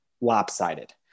lopsided